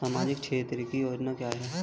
सामाजिक क्षेत्र की योजना क्या है?